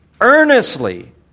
earnestly